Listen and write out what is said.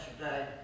yesterday